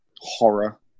horror